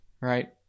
right